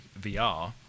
vr